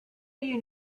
you